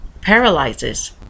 paralyzes